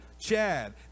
Chad